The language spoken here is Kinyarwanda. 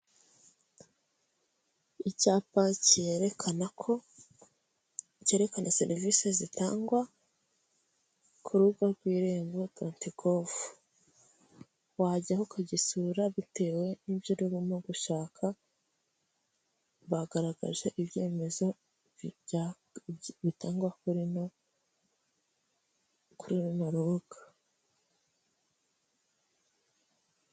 Icyapa cyerekana ko cyerekana serivisi zitangwa ku rubuga rw'irembo doti govu, wajyaho ukagisura bitewe n'ibyo urimo gushaka. Bagaragaje ibyemezo bitangwa kuri ino, ku runo rubuga.